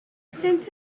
since